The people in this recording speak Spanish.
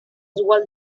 oswald